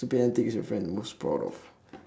stupid antics that your friends are most proud of